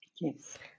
Yes